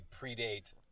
predate